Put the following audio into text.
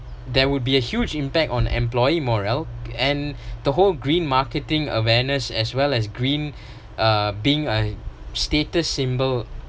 there would be a huge impact on employee morale and the whole green marketing awareness as well as green uh being a status symbol